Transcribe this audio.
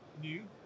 new